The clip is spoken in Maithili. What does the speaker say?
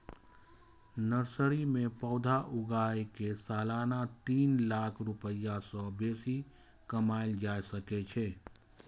नर्सरी मे पौधा उगाय कें सालाना तीन लाख रुपैया सं बेसी कमाएल जा सकै छै